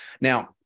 Now